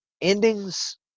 Endings